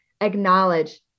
acknowledge